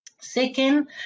Second